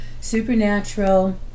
supernatural